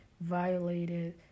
violated